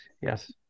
yes